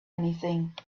anything